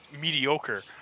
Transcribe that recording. mediocre